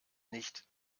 nicht